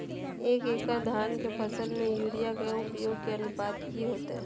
एक एकड़ धान के फसल में यूरिया के उपयोग के अनुपात की होतय?